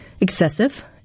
excessive